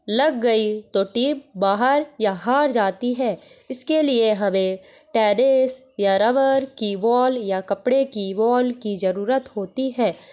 लग गई तो टीम बाहर या हार जाती है इसके लिए हमें टेरिस या रबर की बॉल या कपड़े की बॉल की ज़रूरत होती है